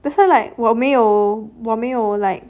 that's why like 我没有我没有 like